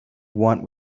want